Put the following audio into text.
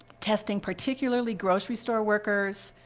testing particularly grocery store workers,